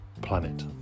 planet